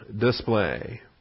display